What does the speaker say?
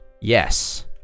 Yes